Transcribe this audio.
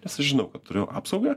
nes aš žinau kad turiu apsaugą